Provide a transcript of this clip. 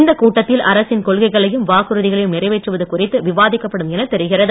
இந்த கூட்டத்தில் அரசின் கொள்கைகளையும் வாக்குறுதிகளையும் நிறைவேற்றுவது குறித்து விவாதிக்கப்படும் என தெரிகிறது